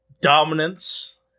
dominance